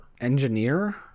Engineer